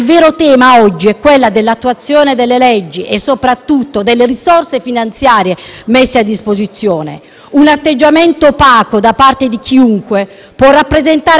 soprattutto, delle risorse finanziarie messe a disposizione. Un atteggiamento opaco da parte di chiunque può rappresentare drammaticamente una palude livida, una zona d'ombra,